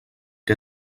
que